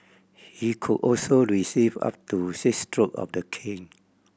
he could also receive up to six stroke of the cane